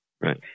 Right